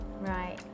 Right